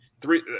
three